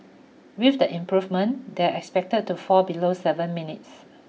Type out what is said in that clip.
with the improvement they are expected to fall below seven minutes